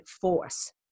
force